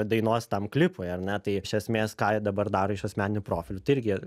dainos tam klipui ar ne tai iš esmės ką dabar daro iš asmeninių profilių tai irgi